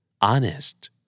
Honest